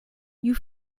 you